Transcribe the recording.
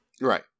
Right